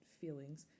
feelings